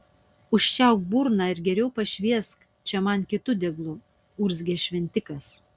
užčiaupk burną ir geriau pašviesk čia man kitu deglu urzgė šventikas